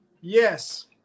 Yes